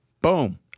Boom